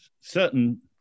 certain